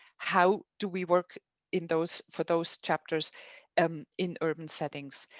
how do we work in those for those chapters um in urban settings?